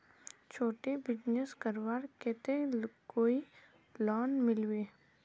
छोटो बिजनेस करवार केते कोई लोन मिलबे?